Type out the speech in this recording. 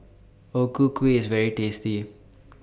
O Ku Kueh IS very tasty